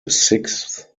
sixth